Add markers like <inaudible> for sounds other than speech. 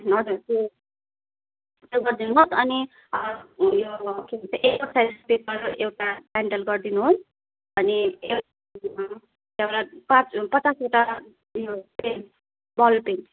हजुर त्यो त्यो गरिदिनुहोस् अनि उयो के भन्छ एफोर साइज पेपर एउटा ब्यान्डल गरिदिनुहोस् अनि <unintelligible> एउटा पाँच उ पचासवटा उयो पेन बल पेन